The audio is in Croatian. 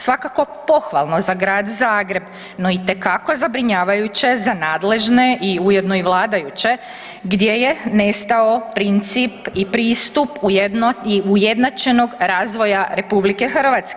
Svakako pohvalno za grad Zagreb, no itekako je zabrinjavajuće za nadležne i ujedno i vladajuće, gdje je nestao princip i pristup ujednačenog razvoja RH.